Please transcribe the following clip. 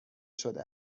شده